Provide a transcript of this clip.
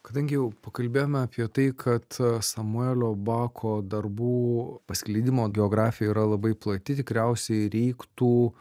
kadangi jau pakalbėjome apie tai kad samuelio bako darbų paskleidimo geografija yra labai plati tikriausiai reiktų